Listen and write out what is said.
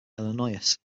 illinois